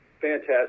Fantastic